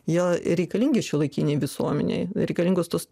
jie reikalingi šiuolaikinei visuomenei reikalingos tos